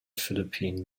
philippine